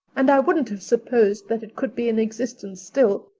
and i wouldn't have supposed that it could be in existence still.